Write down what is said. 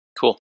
cool